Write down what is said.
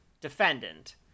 defendant